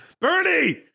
Bernie